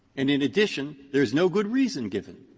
and in addition there is no good reason given,